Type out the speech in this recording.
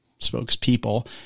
spokespeople